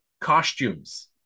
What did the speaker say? costumes